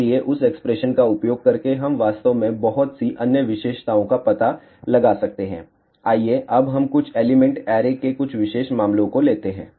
इसलिए उस एक्सप्रेशन का उपयोग करके हम वास्तव में बहुत सी अन्य विशेषताओं का पता लगा सकते हैं आइए अब हम कुछ एलिमेंट ऐरे के कुछ विशेष मामलों को लेते हैं